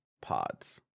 pods